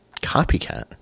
copycat